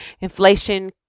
Inflation